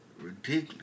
Ridiculous